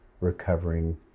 recovering